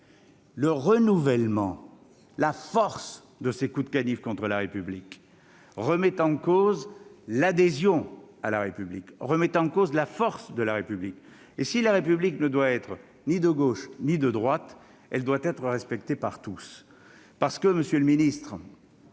l'accumulation et la force de ces coups de canif contre la République qui remettent en cause l'adhésion à la République et la force de la République. Or si la République ne doit être ni de gauche ni de droite, elle doit être respectée par tous. Monsieur le ministre,